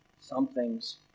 something's